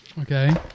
Okay